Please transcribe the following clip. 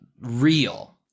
real